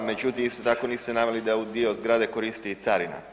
Međutim, isto tako niste naveli da udio zgrade koristi i carina.